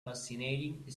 fascinating